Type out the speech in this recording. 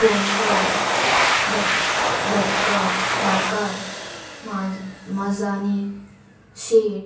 पोंडकर बट बटकर भाटकार माजानी शेट